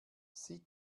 sie